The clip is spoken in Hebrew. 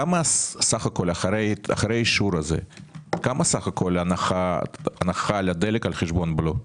כמה סך הכול אחרי האישור הזה ההנחה על הדלק על חשבון הבלו?